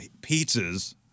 pizzas